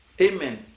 amen